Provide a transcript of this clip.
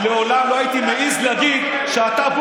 לעולם לא הייתי מעז להגיד שאתה,